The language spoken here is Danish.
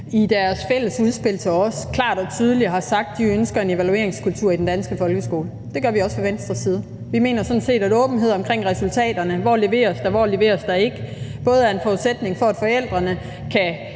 i deres fælles udspil til os klart og tydeligt har sagt, at de ønsker en evalueringskultur i den danske folkeskole. Det gør vi også fra Venstres side. Vi mener sådan set, at åbenhed omkring resultaterne – hvor leveres der, hvor leveres der ikke? – er en forudsætning for, at forældrene kan